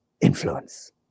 influence